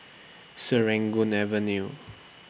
Serangoon Avenue